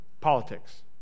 politics